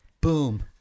Boom